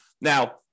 Now